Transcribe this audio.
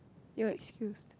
you're excused